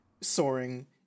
soaring